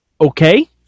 Okay